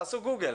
תעשו גוגל.